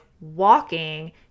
walking